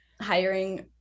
hiring